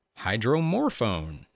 hydromorphone